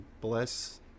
bless